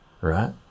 right